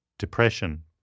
depression